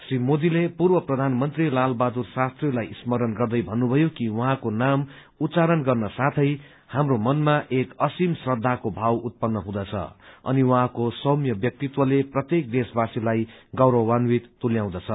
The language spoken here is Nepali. श्री मोदीले पूर्व प्रथानमन्त्री लाल बहाुदर शास्त्रीलाई स्मरण गर्दै भन्नुभयो कि उहाँको नाम उच्चारण गर्न साथै हाम्रो मनमा एक असिम श्रद्धाको भाव उत्पन्न हुँदछ अनि उहाँको सौम्य व्यक्तित्वले प्रत्येक देशवासीलाई गौरववान्वीत तुल्याउँदछ